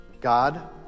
God